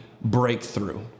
breakthrough